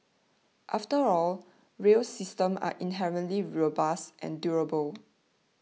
after all rail systems are inherently robust and durable